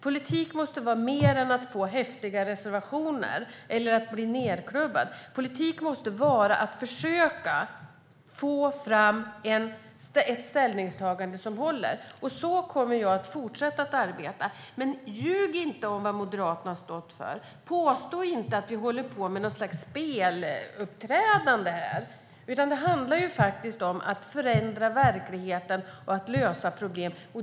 Politik måste vara mer än att få häftiga reservationer eller bli nedklubbad. Politik måste vara att försöka få fram ett ställningstagande som håller, och så kommer jag att fortsätta att arbeta. Ljug inte om vad Moderaterna har stått för! Påstå inte att vi håller på med något slags speluppträdande här! Det handlar faktiskt om att förändra verkligheten och lösa problem.